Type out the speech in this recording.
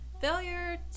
Failure